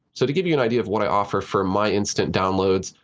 so to give you an idea of what i offer for my instant downloads,